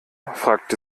fragte